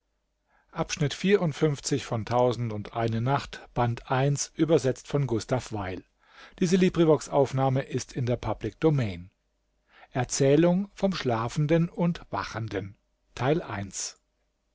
erzählung vom schlafenden und wachenden